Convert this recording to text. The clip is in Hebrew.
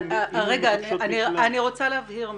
אני רוצה להבהיר משהו.